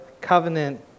covenant